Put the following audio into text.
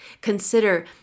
consider